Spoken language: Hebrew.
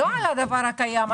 לא על הדבר הקיים.